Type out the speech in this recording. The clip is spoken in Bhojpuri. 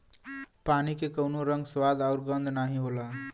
पानी के कउनो रंग, स्वाद आउर गंध नाहीं होला